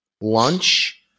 Lunch